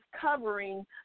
covering